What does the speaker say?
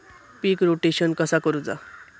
पीक rotation कसा करूचा?